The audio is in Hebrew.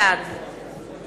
בעד